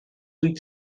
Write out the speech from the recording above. wyt